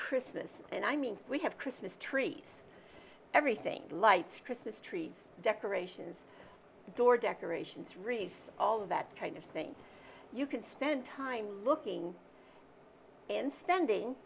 christmas and i mean we have christmas tree everything lights christmas tree decorations door decorations wreath all that kind of thing you can spend time looking and standing